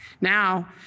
Now